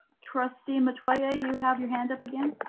trustee metoyer you have your hand up again?